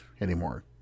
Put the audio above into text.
anymore